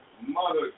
Mother